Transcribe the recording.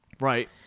Right